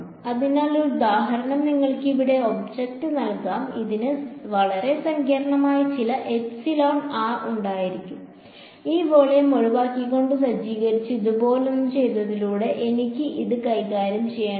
അതിനാൽ ഒരു ഉദാഹരണം നിങ്ങൾക്ക് ഇവിടെ ഒബ്ജക്റ്റ് നൽകാം ഇതിന് വളരെ സങ്കീർണ്ണമായ ചില epsilon r ഉണ്ടായിരിക്കാം ഈ വോളിയം ഒഴിവാക്കിക്കൊണ്ട് സജ്ജീകരിച്ച് ഇതുപോലൊന്ന് ചെയ്യുന്നതിലൂടെ എനിക്ക് ഇത് കൈകാര്യം ചെയ്യേണ്ടതില്ല